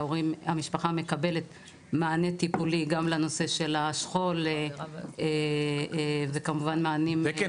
המשפחה מקבלת מענה טיפולי גם לנושא של השכול וכמובן מענים --- יש שם